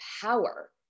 power